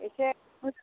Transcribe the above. एसे